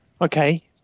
Okay